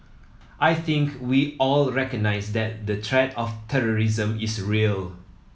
I think we all recognise that the threat of terrorism is real